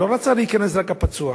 לא רצה להיכנס רק הפצוע,